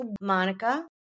Monica